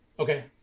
Okay